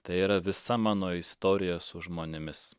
tai yra visa mano istorija su žmonėmis